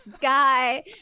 guy